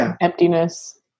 emptiness